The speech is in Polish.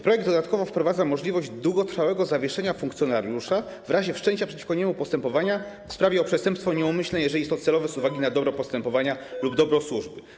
Projekt wprowadza dodatkowo możliwość długotrwałego zawieszenia funkcjonariusza w razie wszczęcia przeciwko niemu postępowania w sprawie o przestępstwo nieumyślne, jeżeli jest to celowe z uwagi na dobro postępowania lub dobro służby.